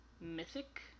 mythic